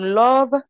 love